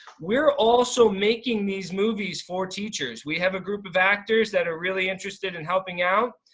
we're also making these movies for teachers. we have a group of actors that are really interested in helping out.